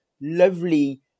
lovely